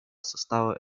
состава